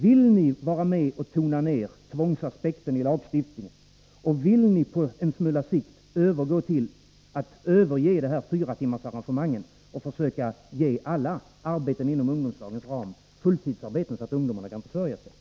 Vill ni vara med och tona ner tvångsaspekten i lagstiftningen, och vill ni på en smula sikt överge det här fyratimmarsarrangemanget och försöka se till att alla arbeten inom ungdomslagens ram blir fulltidsarbeten, så att ungdomarna kan försörja sig?